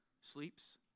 sleeps